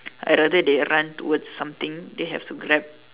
I rather they run towards something they have to Grab